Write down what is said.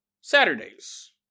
Saturdays